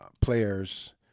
players